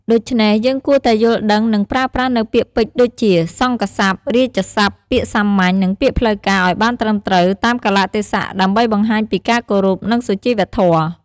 ដូច្នេះ យើងគួរតែយល់ដឹង និងប្រើប្រាស់នូវពាក្យពេចន៍ដូចជា សង្ឃស័ព្ទ រាជស័ព្ទ ពាក្យសាមញ្ញ និងពាក្យផ្លូវការ ឲ្យបានត្រឹមត្រូវតាមកាលៈទេសៈ ដើម្បីបង្ហាញពីការគោរព និងសុជីវធម៌។